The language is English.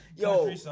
Yo